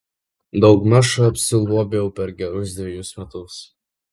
daugmaž apsiliuobiau per gerus dvejus metus